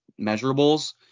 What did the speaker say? measurables